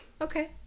okay